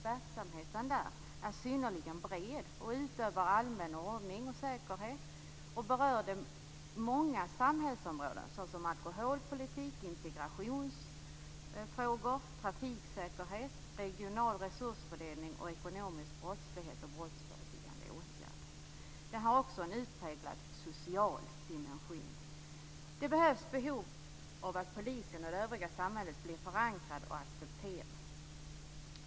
Verksamheten inom polisen är synnerligen bred. Det handlar om att upprätthålla allmän ordning och säkerhet och berör många samhällsområden såsom alkoholpolitik, integrationsfrågor, trafiksäkerhet, regional resursfördelning, ekonomisk brottslighet och brottsförebyggande åtgärder. Det har också en utpräglat social dimension. Det finns behov av att polisen blir förankrad i och accepterad av det övriga samhället.